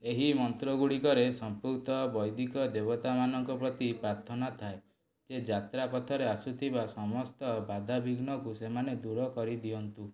ଏହି ମନ୍ତ୍ର ଗୁଡ଼ିକରେ ସମ୍ପୃକ୍ତ ବୈଦିକ ଦେବତାମାନଙ୍କ ପ୍ରତି ପ୍ରାର୍ଥନା ଥାଏ ଯେ ଯାତ୍ରା ପଥରେ ଆସୁଥିବା ସମସ୍ତ ବାଧାବିଘ୍ନକୁ ସେମାନେ ଦୂର କରିଦିଅନ୍ତୁ